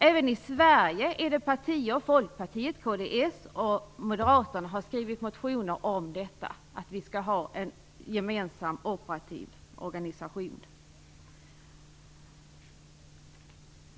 Även i Sverige har partier - Folkpartiet, kds och Moderaterna - skrivit motioner om att vi skall ha en gemensam operativ organisation.